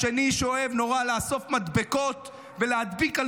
השני שאוהב נורא לאסוף מדבקות ולהדביק על